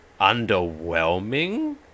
underwhelming